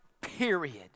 period